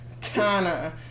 Tana